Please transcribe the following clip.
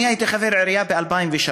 אני הייתי חבר עירייה ב-2004-2003.